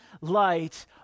light